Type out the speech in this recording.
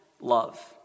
love